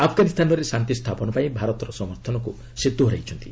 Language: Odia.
ଆଫଗାନୀସ୍ତାନରେ ଶାନ୍ତିସ୍ଥାପନ ପାଇଁ ଭାରତର ସମର୍ଥନକୁ ସେ ଦୋହରାଇଛନ୍ତି